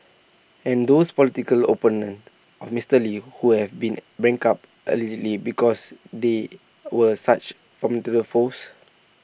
and those political opponents of Mister lee who have been bankrupted allegedly because they were such foes